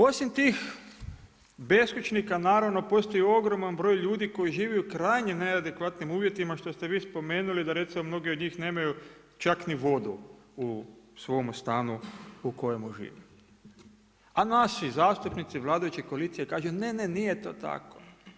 Osim tih beskućnika naravno postoji ogroman broj ljudi koji živi u krajnjim neadekvatnim uvjetima što ste vi spomenuli da recimo mnogi od njih nemaju čak ni vodu u svome stanu u lojem žive a naši zastupnici vladajuće koalicije kažu ne, ne, nije to tako.